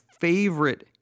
favorite